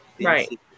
right